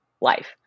life